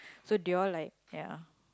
so they all like ya